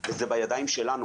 וזה באמת הפיתרון.